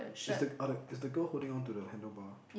is the are the is the girl holding on to the handle bar